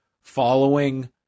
following